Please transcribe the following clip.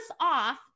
off